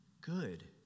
good